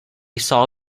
saw